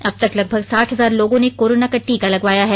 अब तक लगभग साठ हजार लोगों ने कोरोना का टीका लगवाया है